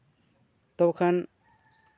ᱟᱫᱚ ᱵᱟᱠᱷᱟᱱ